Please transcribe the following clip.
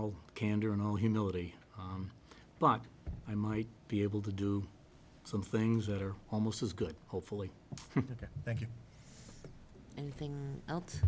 l candor and all humility but i might be able to do some things that are almost as good hopefully thank you anything else